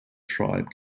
tribe